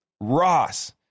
Ross